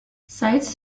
sites